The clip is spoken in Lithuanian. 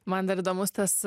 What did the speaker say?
man dar įdomus tas